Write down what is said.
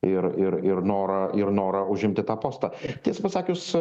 ir ir ir norą ir norą užimti tą postą tiesą pasakius